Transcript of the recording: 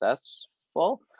successful